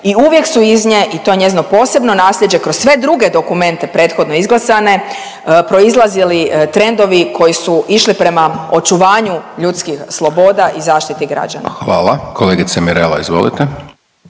i uvijek su iz nje i to njezino posebno naslijeđe kroz sve druge dokumente prethodno izglasane, proizlazili trendovi koji su išli prema očuvanju ljudskih sloboda i zaštiti građana. **Hajdaš Dončić, Siniša (SDP)**